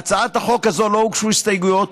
להצעת החוק הזאת לא הוגשו הסתייגויות,